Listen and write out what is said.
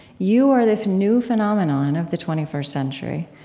you are this new phenomenon of the twenty first century,